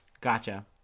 gotcha